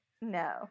No